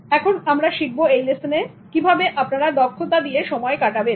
এখন আমরা শিখব এই লেসনে কিভাবে আপনারা দক্ষতা দিয়ে সময় কাটাবেন